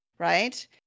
right